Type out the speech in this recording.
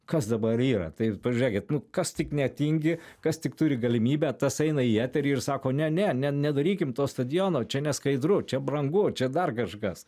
kas dabar yra tai pažiūrėkit kas tik netingi kas tik turi galimybę tas eina į eterį ir sako ne ne ne nedarykim to stadiono čia neskaidru čia brangu čia dar kažkas